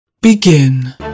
Begin